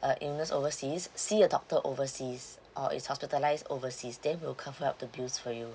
uh illness overseas see a doctor overseas or is hospitalised overseas then we'll cover up the bills for you